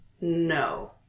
No